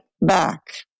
back